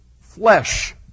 flesh